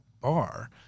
bar